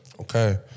okay